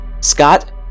Scott